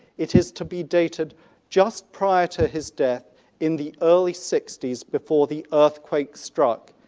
it is to be dated just prior to his death in the early sixties before the earthquake struck.